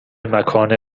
مکان